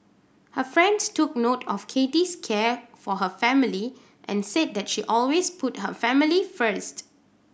her friends took note of Kathy's care for her family and said that she always put her family first